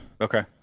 okay